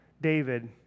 David